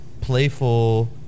playful